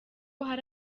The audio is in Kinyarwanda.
hari